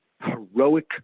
heroic